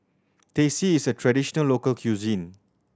Teh C is a traditional local cuisine